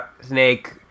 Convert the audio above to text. snake